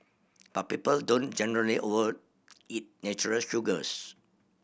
but people don't generally overeat natural sugars